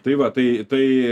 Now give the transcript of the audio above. tai va tai tai